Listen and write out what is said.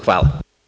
Hvala.